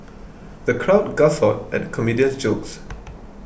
the crowd guffawed at comedian's jokes